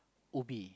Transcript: Ubi